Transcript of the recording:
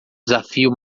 desafio